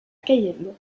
cayenne